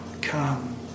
come